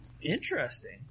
Interesting